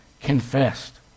confessed